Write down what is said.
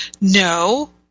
No